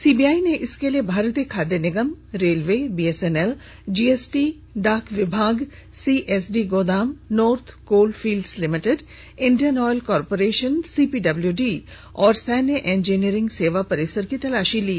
CBI ने इसके लिए भारतीय खाद्य निगम रेलवे बीएसएनएल जीएसटी डाक विभाग सीएसडी गोदाम north coal fields limited Indian oil corporation CPWD और सैन्य इंजीनियरिंग सेवा परिसर की तलाशी ली